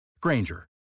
Granger